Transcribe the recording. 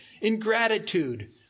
ingratitude